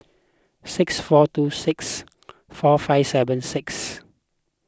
six four two six four five seven six